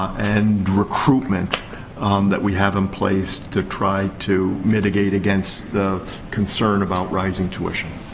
and recruitment that we have in place to try to mitigate against the concern about rising tuition.